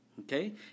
Okay